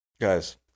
Guys